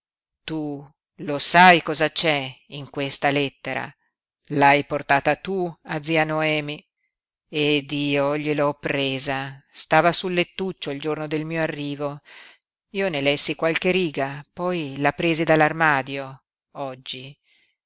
tu lo sai cosa c'è in questa lettera l'hai portata tu a zia noemi ed io gliel'ho presa stava sul lettuccio il giorno del mio arrivo io ne lessi qualche riga poi la presi dall'armadio oggi